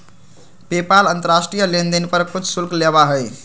PayPal अंतर्राष्ट्रीय लेनदेन पर कुछ शुल्क लेबा हई